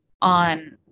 on